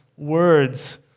words